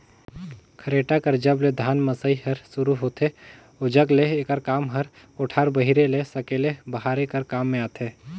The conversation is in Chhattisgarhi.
खरेटा कर जब ले धान मसई हर सुरू होथे ओजग ले एकर काम हर कोठार बाहिरे ले सकेले बहारे कर काम मे आथे